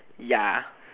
ya